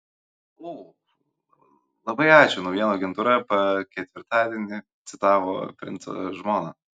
o labai ačiū naujienų agentūra pa ketvirtadienį citavo princo žmoną